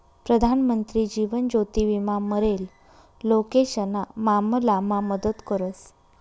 प्रधानमंत्री जीवन ज्योति विमा मरेल लोकेशना मामलामा मदत करस